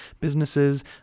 businesses